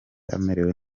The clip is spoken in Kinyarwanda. amerewe